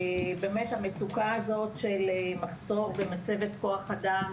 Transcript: שהמצוקה הזאת של מחסור בצוות וכוח אדם,